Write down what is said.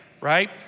Right